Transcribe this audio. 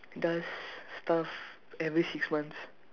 does stuff every six months